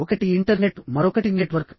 ఒకటి ఇంటర్నెట్ మరొకటి నెట్వర్క్